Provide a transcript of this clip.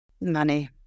money